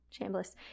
Chambliss